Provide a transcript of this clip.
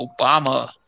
Obama